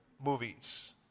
movies